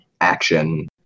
action